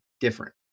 different